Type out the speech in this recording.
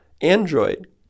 Android